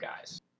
guys